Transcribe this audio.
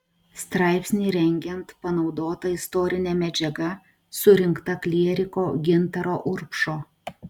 straipsnį rengiant panaudota istorinė medžiaga surinkta klieriko gintaro urbšo